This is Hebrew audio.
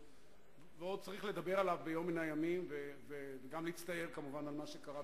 ועוד צריך לדבר עליו ביום מן הימים וגם להצטער על מה שקרה.